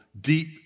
deep